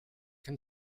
can